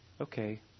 okay